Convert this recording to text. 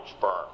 firm